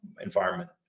environment